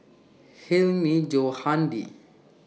Hilmi Johandi